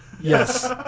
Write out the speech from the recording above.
Yes